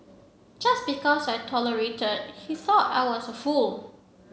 just because I tolerated he thought I was a fool